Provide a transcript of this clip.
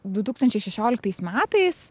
du tūkstančiai šešioliktais metais